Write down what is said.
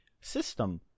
system